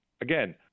Again